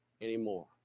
anymore